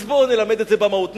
אז בואו ונלמד את זה במהות.